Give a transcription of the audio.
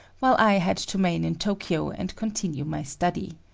while i had to remain in tokyo and continue my study.